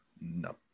No